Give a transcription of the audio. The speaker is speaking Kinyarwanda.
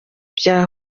bya